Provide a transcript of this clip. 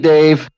Dave